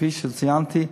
כפי שציינתי,